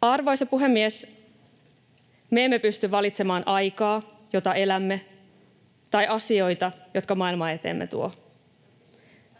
Arvoisa puhemies! Me emme pysty valitsemaan aikaa, jota elämme, tai asioita, jotka maailma eteemme tuo.